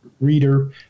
reader